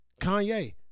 Kanye